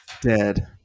dead